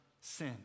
sin